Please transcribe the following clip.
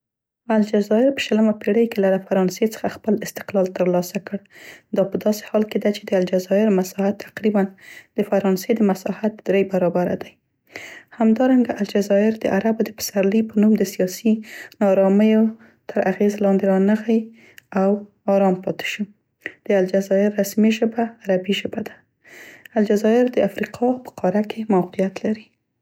الجزایر په شلمه پیړۍ کې له فرانسې څخه خپل استقلال تر لاسه کړ، دا په داسې حال کې ده چې د الجزایر مساحت ت قریباً د فرانسې د مساحت دری برابره دی. همدارنګه الجزایر د عربو د پسرلي په نوم د سیاسي ناارامیو تر اغیز لاندې رانغی او ارام پاتې شو. د الجزایر رسمي ژبه عربي ژبه ده. الجزایر د افریقا په قاره کې موقعیت لري.